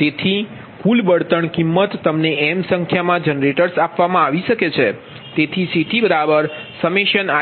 તેથી કુલ બળતણ કિંમત તમને m સંખ્યામાં જનરેટર્સ આપવામાં આવી શકે છે તેથી CTi1mCiPgi આ સમીકરણ